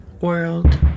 world